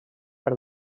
per